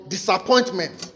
disappointment